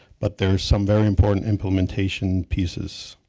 but there is some very important implementation pieces.